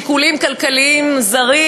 שיקולים כלכליים זרים.